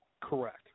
Correct